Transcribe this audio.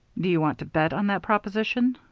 do you want to bet on that proposition?